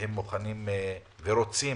שהם רוצים